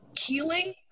healing